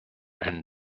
and